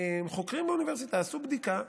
לא אני, חוקרים באוניברסיטה עשו בדיקה.